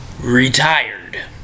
retired